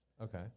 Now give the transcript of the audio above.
okay